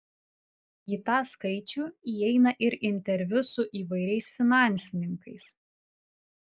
į tą skaičių įeina ir interviu su įvairiais finansininkais